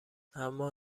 اما